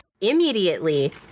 immediately